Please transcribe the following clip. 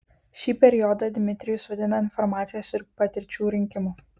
šį periodą dmitrijus vadina informacijos ir patirčių rinkimu